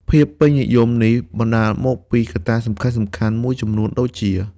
ភាពពេញនិយមនេះបណ្ដាលមកពីកត្តាសំខាន់ៗមួយចំនួនដូចជា៖